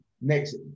next